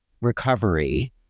recovery